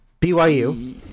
BYU